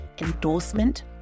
endorsement